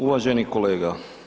Uvaženi kolega.